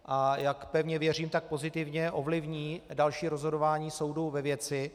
A jak pevně věřím, pozitivně ovlivní další rozhodování soudu ve věci.